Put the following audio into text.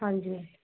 ਹਾਂਜੀ